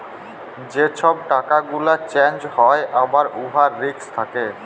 যে ছব টাকা গুলা চ্যাঞ্জ হ্যয় আর উয়ার রিস্ক থ্যাকে